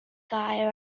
gair